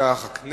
לפיכך אני